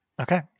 okay